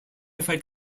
fight